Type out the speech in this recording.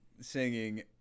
singing